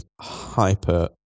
hyper